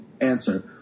answer